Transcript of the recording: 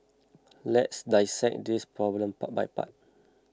let's dissect this problem part by part